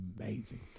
amazing